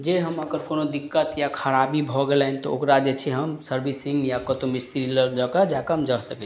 जे हम अगर कोनो दिक्कत या खराबी भऽ गेलनि तऽ ओकरा जे छै हम सर्विसिंग या कतहु मिस्त्री लअ जाकऽ हम जा सकय छी